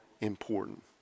important